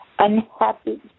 Unhappy